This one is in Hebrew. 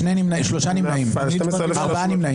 הצבעה לא אושרה נפל.